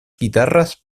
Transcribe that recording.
guitarras